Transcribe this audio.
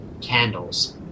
candles